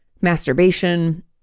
masturbation